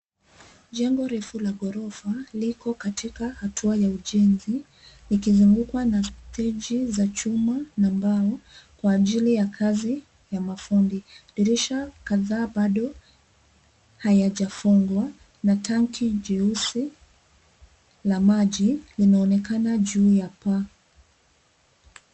Jengo refu la ghorofa liko katika hatua ya ujenzi likizungukwa na steji za chuma na mbao kwa ajili ya kazi ya mafundi. Dirisha kadhaa bado hayajafungwa na tanki jeusi la maji linaonekana juu ya paa.